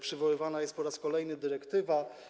Przywoływana jest po raz kolejny dyrektywa.